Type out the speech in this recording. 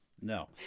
no